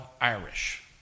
Irish